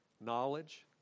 Knowledge